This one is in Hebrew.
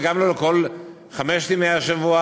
וגם לא כל חמשת ימי השבוע,